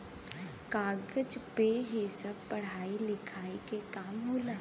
कागज पे ही सब पढ़ाई लिखाई के काम होला